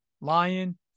Lion